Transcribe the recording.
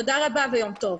תודה רבה ויום טוב.